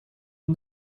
and